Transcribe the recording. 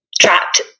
trapped